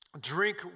drink